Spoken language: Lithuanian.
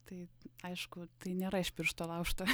tai aišku tai nėra iš piršto laužta